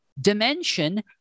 dimension